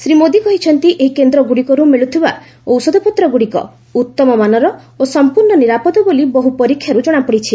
ଶ୍ରୀ ମୋଦି କହିଛନ୍ତି ଏହି କେନ୍ଦ୍ରଗୁଡ଼ିକରୁ ମିଳୁଥିବା ଔଷଧପତ୍ରଗୁଡ଼ିକ ଉତ୍ତମ ମାନର ଓ ସମ୍ପର୍ଶ୍ଣ ନିରାପଦ ବୋଲି ବହୁ ପରୀକ୍ଷାରୁ ଜଣାପଡ଼ିଛି